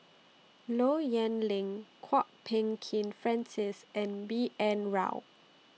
Low Yen Ling Kwok Peng Kin Francis and B N Rao